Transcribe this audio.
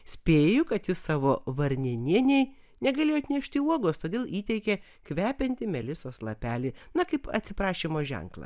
spėju kad jis savo varninienei negalėjo atnešti uogos todėl įteikė kvepiantį melisos lapelį na kaip atsiprašymo ženklą